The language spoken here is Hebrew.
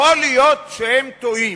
יכול להיות שהם טועים,